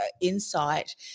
insight